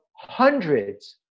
hundreds